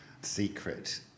secret